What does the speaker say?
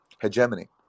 hegemony